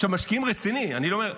עכשיו, משקיעים ברצינות, אני לא אומר.